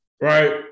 right